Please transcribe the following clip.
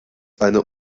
eine